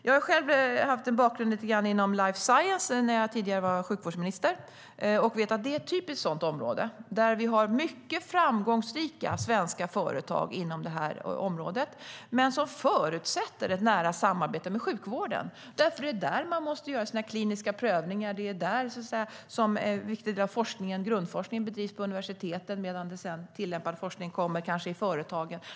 Jag har viss bakgrund inom life science från det att jag tidigare var sjukvårdsminister, och jag vet att det är ett typiskt sådant område. Vi har mycket framgångsrika svenska företag inom området, men det förutsätter ett nära samarbete med sjukvården. Det är inom sjukvården man måste göra de kliniska prövningarna, och vid universiteten bedrivs mycket av grundforskningen medan tillämpad forskning kanske sker i företagen.